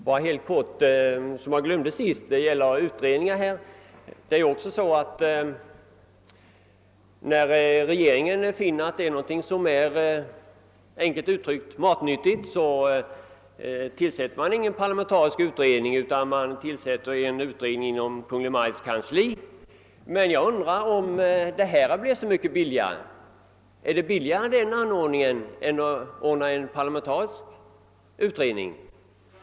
Herr talman! Bara några ord om en sak som jag glömde när jag hade ordet senast. När regeringen finner att en fråga är »matnyttig» — enkelt uttryckt — tillsättes ingen parlamentarisk utredning, utan man gör en utredning inom Kungl. Maj:ts kansli. Men jag undrar om en sådan blir så mycket billigare än en parlamentarisk utredning.